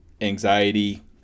anxiety